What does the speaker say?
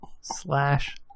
slash